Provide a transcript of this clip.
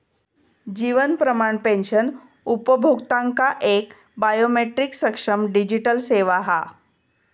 जीवन प्रमाण पेंशन उपभोक्त्यांका एक बायोमेट्रीक सक्षम डिजीटल सेवा हा